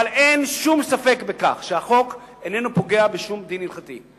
אבל אין שום ספק בכך שהחוק איננו פוגע בשום דין הלכתי.